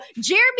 Jeremy